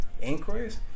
inquiries